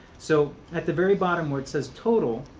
so at the very bottom where it says total,